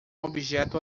objeto